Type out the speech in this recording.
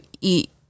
eat